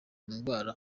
ndwara